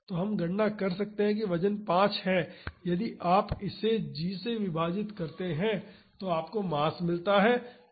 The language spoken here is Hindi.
तो हम गणना कर सकते हैं कि वजन पांच है यदि आप इसे g से विभाजित करते हैं तो आपको मास मिलता है